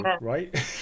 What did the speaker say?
right